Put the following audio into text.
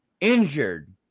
injured